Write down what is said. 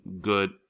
good